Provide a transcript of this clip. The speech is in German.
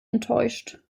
enttäuscht